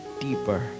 deeper